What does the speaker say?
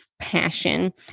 Passion